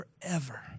forever